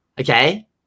Okay